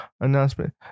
announcement